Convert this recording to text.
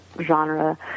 genre